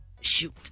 Shoot